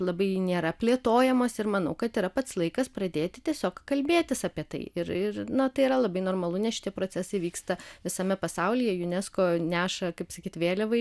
labai nėra plėtojamos ir manau kad yra pats laikas pradėti tiesiog kalbėtis apie tai ir ir na tai yra labai normalu nes šitie procesai vyksta visame pasaulyje unesco neša kaip sakyt vėliavą